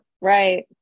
Right